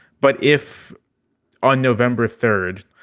but if on november third.